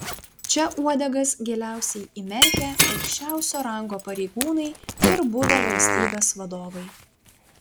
čia uodegas giliausiai įmerkę aukščiausio rango pareigūnai ir buvę valstybės vadovai